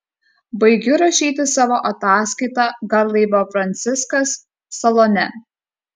baigiu rašyti savo ataskaitą garlaivio franciskas salone